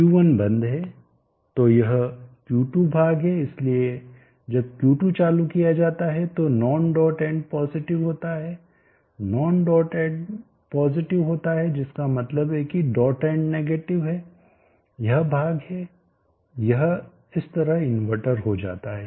तो यह Q2 भाग है इसलिए जब Q2चालू किया जाता है तो नॉन डॉट एंड पॉजिटिव होता है नॉन डॉट एंड पॉजिटिव होता है जिसका मतलब है कि डॉट एंड नेगेटिव है यह भाग है यह इस तरह इन्वर्टर हो जाता है